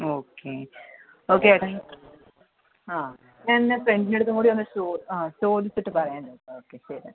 okay okay ചേട്ടാ ആ ഞാൻ എൻ്റെ ഫ്രണ്ടിൻ്റെ അടുത്തുംകൂടി ഒന്ന് ആ ചോദിച്ചിട്ട് പറയാം ചേട്ടാ ഓക്കെ ശരി